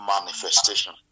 manifestation